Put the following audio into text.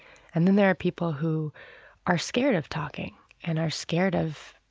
and then there are people who are scared of talking and are scared of